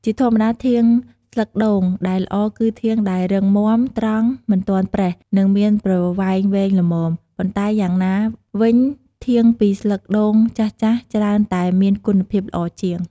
ជាធម្មតាធាងស្លឹកដូងដែលល្អគឺធាងដែលរឹងមាំ ត្រង់ មិនទាន់ប្រេះ និងមានប្រវែងវែងល្មម ប៉ុន្តែយ៉ាងណាវិញធាងពីស្លឹកដូងចាស់ៗច្រើនតែមានគុណភាពល្អជាង។